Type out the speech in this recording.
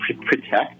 protect